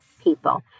people